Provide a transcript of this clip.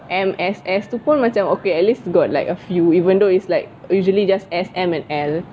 M S S tu pun macam okay at least you got like a few even though is like usually just S M and L